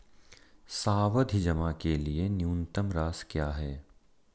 सावधि जमा के लिए न्यूनतम राशि क्या है?